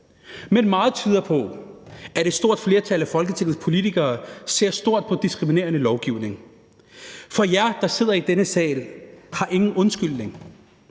Men meget tyder på, at et stort flertal af Folketingets politikere ser stort på diskriminerende lovgivning. For jer, der sidder i denne sal, har ingen undskyldning.